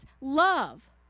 love